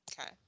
okay